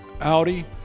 Audi